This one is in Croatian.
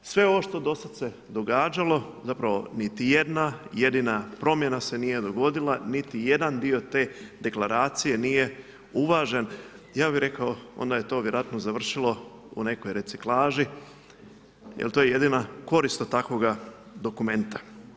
Sve ovo što do sad se događalo, zapravo niti jedna jedina promjena se nije dogodila, niti jedan dio te deklaracije nije uvažen, ja bih rekao onda je to vjerojatno završilo u nekoj reciklaži, jer to je jedina korist od takvoga dokumenta.